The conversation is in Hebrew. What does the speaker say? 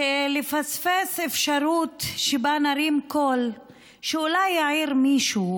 לפספס אפשרות שבה נרים קול שאולי יעיר מישהו,